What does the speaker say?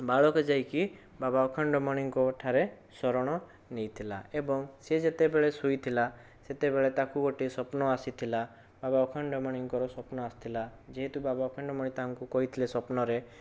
ବାଳକ ଯାଇକି ବାବା ଅଖଣ୍ଡମଣିଙ୍କ ଠାରେ ଶରଣ ନେଇଥିଲା ଏବଂ ସେ ଯେତେବେଳେ ଶୋଇଥିଲା ସେତେବେଳେ ତାକୁ ଗୋଟେ ସପ୍ନ ଆସିଥିଲା ବାବା ଅଖଣ୍ଡମଣିଙ୍କର ସ୍ବପ୍ନ ଆସିଥିଲା ଯେହେତୁ ବାବା ଅଖଣ୍ଡମଣି ତାଙ୍କୁ କହିଥିଲେ ସ୍ୱପ୍ନରେ